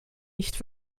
nicht